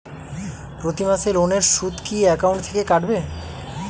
প্রতি মাসে লোনের সুদ কি একাউন্ট থেকে কাটবে?